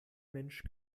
mensch